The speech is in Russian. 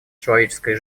человеческой